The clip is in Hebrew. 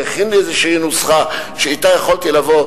שהכין לי איזו נוסחה שאתה יכולתי לבוא,